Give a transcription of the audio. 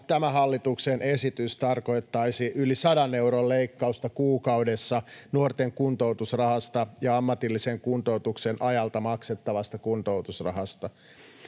tämä hallituksen esitys tarkoittaisi yli 100 euron leikkausta kuukaudessa nuorten kuntoutusrahasta ja ammatillisen kuntoutuksen ajalta maksettavasta kuntoutusrahasta.